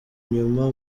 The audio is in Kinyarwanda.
inyuma